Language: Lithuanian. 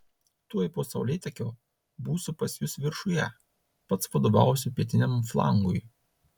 tuoj po saulėtekio būsiu pas jus viršuje pats vadovausiu pietiniam flangui